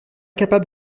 capable